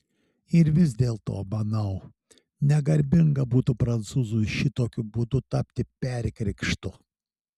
ir vis dėlto manau negarbinga būtų prancūzui šitokiu būdu tapti perkrikštu